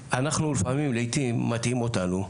לעיתים מטעים אותנו,